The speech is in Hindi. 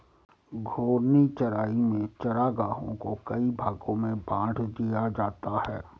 घूर्णी चराई में चरागाहों को कई भागो में बाँट दिया जाता है